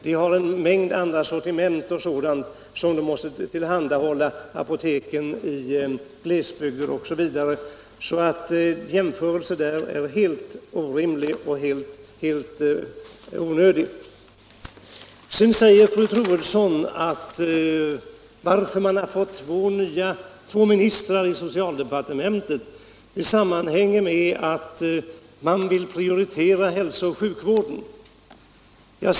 Det har ett större sortiment, som det måste tillhandahålla apoteken i glesbygd osv. En jämförelse är därför helt orimlig och helt onödig. Sedan säger fru Troedsson att det förhållandet att man har fått två ministrar i socialdepartementet sammanhänger med att man vill prioritera hälsooch sjukvården.